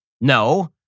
No